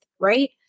right